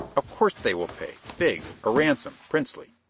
of course they will pay. big. a ransom princely.